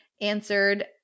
answered